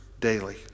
daily